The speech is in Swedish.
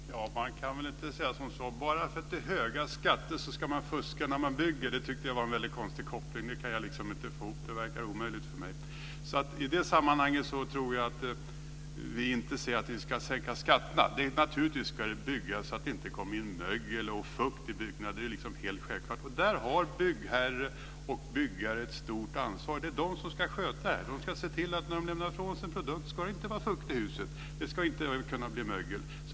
Fru talman! Man kan väl inte säga att bara för att det är höga skatter ska man fuska när man bygger. Det tycker jag var en väldigt konstig koppling. Det kan jag inte få ihop. Det verkar omöjligt för mig. I det sammanhanget tror jag inte att det hjälper att sänka skatterna. Naturligtvis ska det byggas så att det inte kommer in fukt och mögel i byggnaderna, det är helt självklart. Där har byggherren och byggaren en stort ansvar. Det är de som ska sköta det här. De ska se till att när de lämnar ifrån sig en produkt ska det inte finnas fukt och mögel i huset. Det är mycket enkelt.